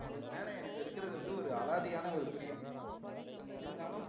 அவர் மேல் எனக்கு இருக்கிறது வந்து ஒரு அலாதியான ஒரு பிரியம் இருந்தாலும்